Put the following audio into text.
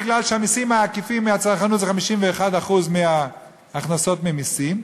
בגלל שהמסים העקיפים מהצרכנות הם 51% מההכנסות ממסים,